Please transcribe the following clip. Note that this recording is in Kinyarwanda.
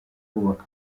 kubaka